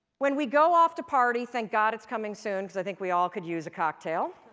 when we go off to party, thank god it's coming soon, because i think we all could use a cocktail,